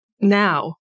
now